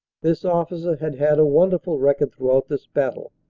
this officer had had a wonderful record throughout this battle.